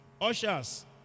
ushers